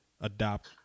adopt